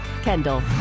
Kendall